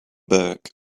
burke